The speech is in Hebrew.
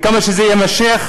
כמה שזה יימשך,